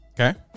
Okay